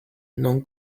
non